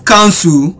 Council